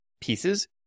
pieces